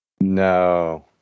No